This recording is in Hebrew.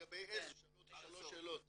לגבי איזה, שאלו אותי שלוש שאלות.